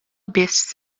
biss